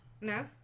No